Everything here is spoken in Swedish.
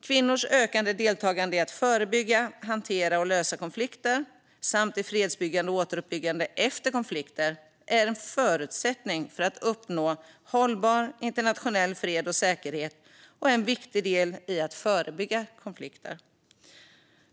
Kvinnors ökade deltagande i att förebygga, hantera och lösa konflikter samt i fredsbyggande och återuppbyggande efter konflikter är en förutsättning för att uppnå hållbar internationell fred och säkerhet och är en viktig del i att förebygga konflikter.